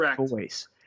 voice